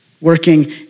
working